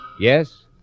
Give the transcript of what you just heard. Yes